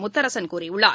முத்தரசன் கூறியுள்ளார்